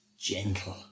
gentle